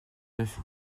neuf